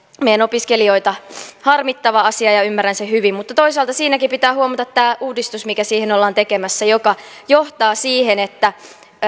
meidän opiskelijoita harmittava asia ja ymmärrän sen hyvin mutta toisaalta siinäkin pitää huomata tämä uudistus mikä siihen ollaan tekemässä joka johtaa siihen että